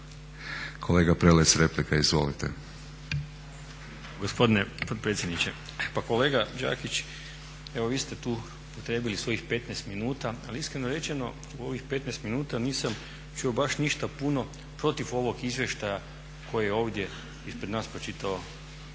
**Prelec, Alen (SDP)** Gospodine potpredsjedniče. Pa kolega Đakić evo vi ste tu upotrijebili svojih 15 minuta, ali iskreno rečeno u ovih 15 minuta nisam čuo baš ništa puno protiv ovog izvještaja koje je ovdje ispred nas pročitao